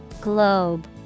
Globe